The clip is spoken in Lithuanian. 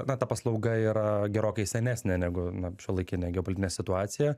na ta paslauga yra gerokai senesnė negu na šiuolaikinė geopolitinė situacija